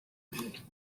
polarization